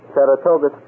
Saratoga